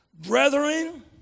brethren